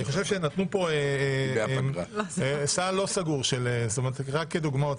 אני חושב שנתנו פה סל לא סגור --- רק כדוגמאות,